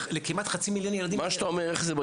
לכמעט חצי מיליון ילדים --- מה שאתה אומר,